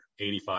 85